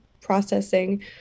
processing